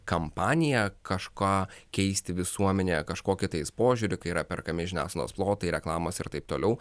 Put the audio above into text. kampanija kažką keisti visuomenėje kažkokį tais požiūrį kai yra perkami žiniasklaidos plotai reklamos ir taip toliau